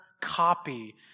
copy